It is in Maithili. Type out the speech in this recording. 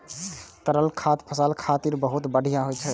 तरल खाद फसल खातिर बहुत बढ़िया होइ छै